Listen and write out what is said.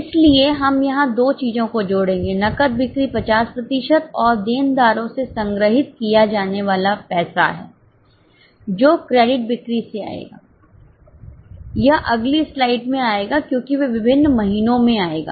इसलिए हम यहां दो चीजों को जोड़ेंगे नकद बिक्री 50 प्रतिशत और देनदारों से संग्रहित किया जाने वाला पैसा है जो क्रेडिट बिक्री से आएगा यह अगली स्लाइड में आएगा क्योंकि वे विभिन्न महीनों में आएगा